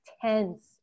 tense